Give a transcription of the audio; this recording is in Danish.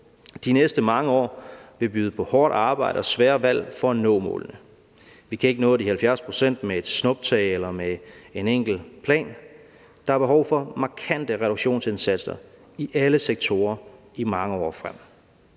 De næste mange år vil byde på hårdt arbejde og svære valg for at nå målet. Vi kan ikke nå de 70 pct. med et snuptag eller med en enkel plan. Der er behov for markante reduktionsindsatser i alle sektorer mange år frem.